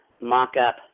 mock-up